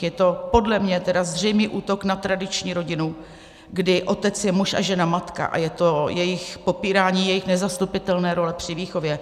Je to podle mě zřejmý útok na tradiční rodinu, kdy otec je muž a žena matka, a je to popírání jejich nezastupitelné role při výchově.